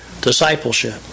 discipleship